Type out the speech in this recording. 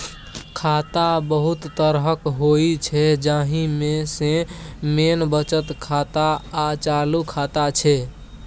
खाता बहुत तरहक होइ छै जाहि मे सँ मेन बचत खाता आ चालू खाता छै